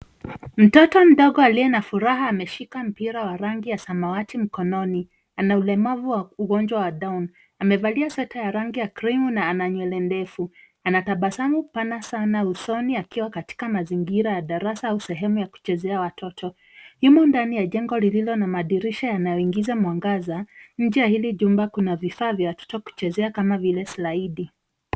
Mtoto mdogo aliye na furaha ameshika mpira wa rangi ya samawati mkononi. Ana ulemavu wa ugonjwa wa Down . Amevalia sweta ya rangi ya cream na ana nywele ndefu. Anatabasamu pana sana usoni akiwa katika mazingira ya darasa au sehemu ya kuchezea watoto. Yumo ndani ya jengo lililo na madirisha yanayoingiza mwangaza. Nje ya hili jumba kuna vifaa vya watoto kuchezea kama vile slaidi.